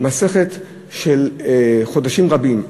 מסכת של חודשים רבים,